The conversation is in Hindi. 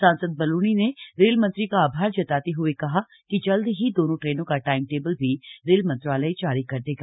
सांसद बलूनी ने रेल मंत्री का आभार जताते हुए हा कि जल्द ही दोनों ट्रेनों का टाइम टेबल भी रेल मंत्रालय जारी कर देगा